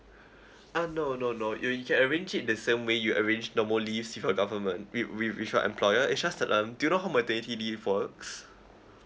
ah no no no you you can arrange it the same way you arrange normal leaves with the government wi~ wi~ with your employer is just uh um do you know how maternity leave works